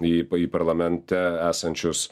į į parlamente esančius